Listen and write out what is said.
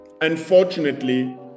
Unfortunately